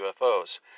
UFOs